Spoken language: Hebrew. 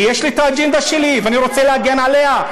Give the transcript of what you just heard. אני, יש לי האג'נדה שלי, ואני רוצה להגן עליה.